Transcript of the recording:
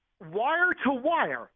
wire-to-wire